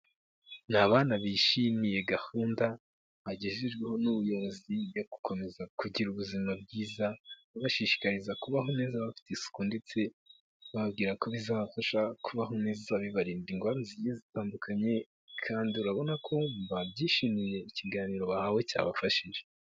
Ni bana bishimiye gahunda bagejejweho n'ubuyobozi yo gukomeza kugira ubuzima bwiza, babashishikariza kubaho neza bafite isuku ndetse bababwira ko bizabafasha kubaho bibarinda indwara zigiye zitandukanye kandi urabona ko babyishimiye, ikiganiro bahawe cyabafashije.